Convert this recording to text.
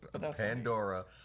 Pandora